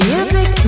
Music